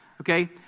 Okay